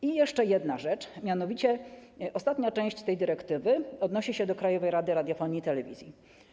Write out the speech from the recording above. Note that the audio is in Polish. I jeszcze jedna rzecz, mianowicie ostatnia część tej dyrektywy odnosi się do Krajowej Rady Radiofonii i Telewizji.